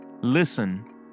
Listen